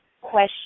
question